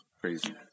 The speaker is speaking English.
crazy